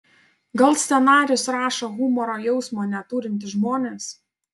gal scenarijus rašo humoro jausmo neturintys žmonės